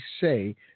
say